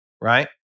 Right